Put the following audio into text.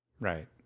Right